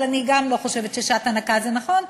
אבל אני לא חושבת ששעת הנקה זה נכון,